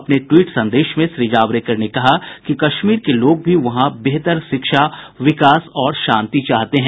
अपने टवीट संदेश में श्री जावड़ेकर ने कहा कि कश्मीर के लोग भी वहां बेहतर शिक्षा विकास और शांति चाहते हैं